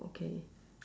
okay